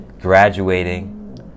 graduating